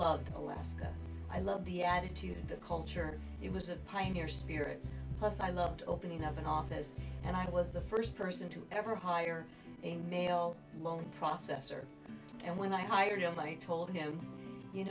loved alaska i love the attitude the culture it was a pioneer spirit plus i loved opening up an office and i was the first person to ever hire a male loan processor and when i hired him but he told him you